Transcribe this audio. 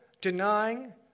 denying